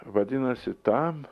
vadinasi tam